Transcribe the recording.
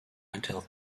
until